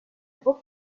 book